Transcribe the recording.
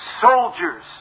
soldiers